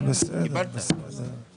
שזה כל המעטפת שנמצאת פה במשרד בארץ.